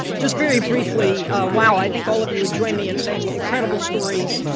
just very briefly while i think all of you would join me in saying incredible stories,